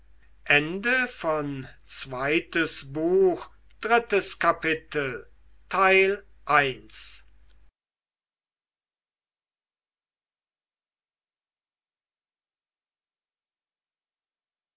zweites buch erstes kapitel